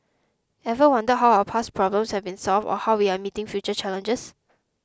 ever wonder how our past problems have been solved or how we are meeting future challenges